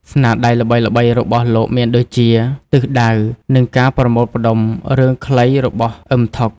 ស្នាដៃល្បីៗរបស់លោកមានដូចជា ទិសដៅ និងការប្រមូលផ្ដុំ រឿងខ្លីរបស់អ៊ឹម ថុក។